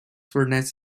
fornece